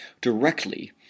directly